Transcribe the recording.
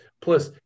plus